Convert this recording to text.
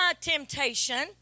temptation